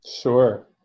Sure